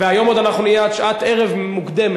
היום עוד אנחנו נהיה עד שעת ערב מוקדמת,